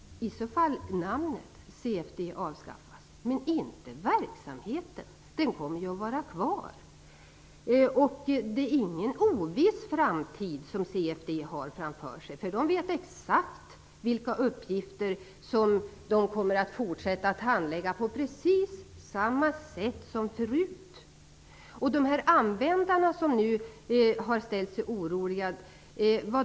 I så fall är det namnet CFD som avskaffas. Men det är inte fråga om verksamheten. Den kommer att vara kvar. Det är inte någon oviss framtid som CFD har framför sig. Man vet exakt vilka uppgifter man kommer att fortsätta att handlägga på precis samma sätt som förut. Det finns användare som är oroliga.